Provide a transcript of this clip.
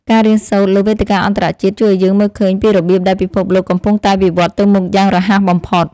ការរៀនសូត្រលើវេទិកាអន្តរជាតិជួយឱ្យយើងមើលឃើញពីរបៀបដែលពិភពលោកកំពុងតែវិវត្តន៍ទៅមុខយ៉ាងរហ័សបំផុត។